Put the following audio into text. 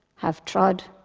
have trod,